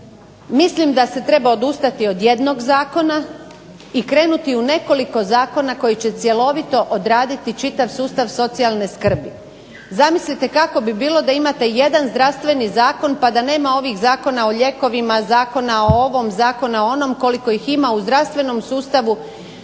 Mislim da se treba odustati od jednog zakona i krenuti u nekoliko zakona koji će cjelovito odraditi čitav sustav socijalne skrbi. Zamislite kako bi bilo da imate jedan zdravstveni zakon pa da nema ovih zakona o lijekovima, zakona o ovom, zakona o onom koliko ih ima u zdravstvenom sustavu.